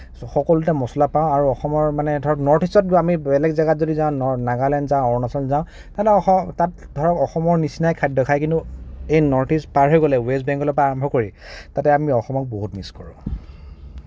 সকলোতে মচলা পাওঁ আৰু অসমৰ মানে ধৰক নৰ্থ ইষ্টত আমি বেলেগ জাগাত যদি আমি যাওঁ নাগালেণ্ড যাওঁ অৰুণাচল যাওঁ তাত ধৰক অসমৰ নিচিনাই খাদ্য খায় কিন্তু এই নৰ্থ ইষ্ট পাৰ হৈ গ'লে ৱেষ্ট বেংগলৰ পৰা আৰম্ভ কৰি তাতে আমি অসমক বহুত মিছ কৰোঁ